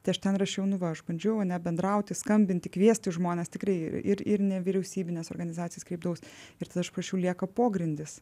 tai aš ten rašiau nu va aš bandžiau ane nebendrauti skambinti kviesti žmonės tikrai ir ir nevyriausybines organizacijas kreipdavaus ir tada aš parašiau lieka pogrindis